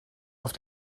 auf